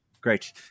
Great